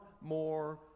more